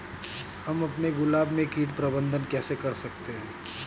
हम अपने गुलाब में कीट प्रबंधन कैसे कर सकते है?